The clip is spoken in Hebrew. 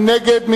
מי נגד?